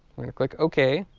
going to click ok